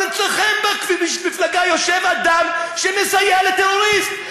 אבל אצלכם במפלגה יושב אדם שמסייע לטרוריסט.